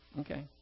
Okay